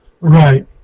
Right